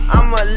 I'ma